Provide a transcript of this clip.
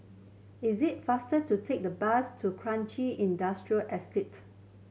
it's it faster to take the bus to Kranji Industrial Estate